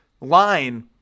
line